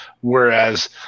whereas